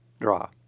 draw